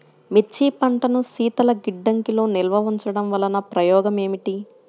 మిర్చి పంటను శీతల గిడ్డంగిలో నిల్వ ఉంచటం వలన ఉపయోగం ఏమిటి?